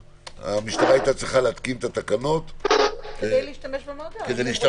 המשטרה היתה צריכה להתקין את התקנות כדי להשתמש במאגר.